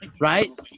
Right